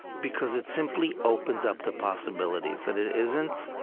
because it simply opens up the possibilities. that it isn't